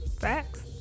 Facts